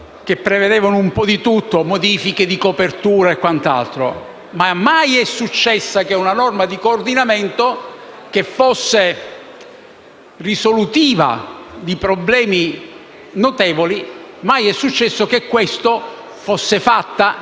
che prevedevano un po' di tutto, modifiche di copertura e quant'altro) mai è successo che una norma di coordinamento, che fosse risolutiva di problemi notevoli, fosse fatta